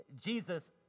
Jesus